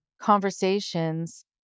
conversations